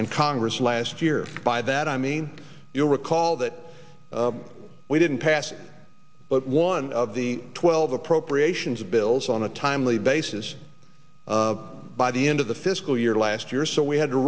and congress last year by that i mean you'll recall that we didn't pass but one of the twelve appropriations bills on a timely basis by the end of the fiscal year last year so we had to